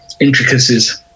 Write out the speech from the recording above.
intricacies